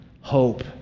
Hope